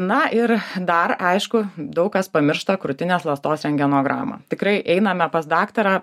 na ir dar aišku daug kas pamiršta krūtinės ląstos rentgenogramą tikrai einame pas daktarą